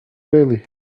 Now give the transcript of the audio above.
bailey